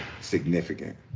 significant